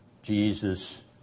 Jesus